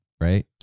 Right